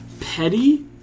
petty